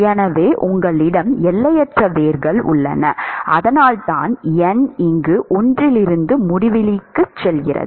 எனவே உங்களிடம் எல்லையற்ற வேர்கள் உள்ளன அதனால்தான் n இங்கு ஒன்றிலிருந்து முடிவிலிக்கு செல்கிறது